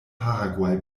paraguay